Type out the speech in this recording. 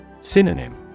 Synonym